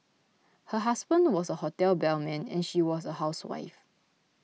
her husband was a hotel bellman and she was a housewife